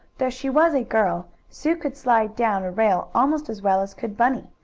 though she was a girl sue could slide down a rail almost as well as could bunny.